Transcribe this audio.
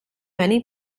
many